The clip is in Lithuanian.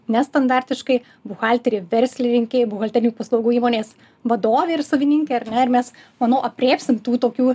nestandartiškai buhalterė verslininkė buhalterinių paslaugų įmonės vadovė ir savininkė ar ne ir mes manau aprėpsim tų tokių